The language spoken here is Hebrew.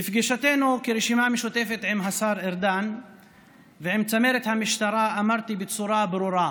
בפגישת הרשימה המשותפת עם השר ארדן ועם צמרת המשטרה אמרתי בצורה ברורה: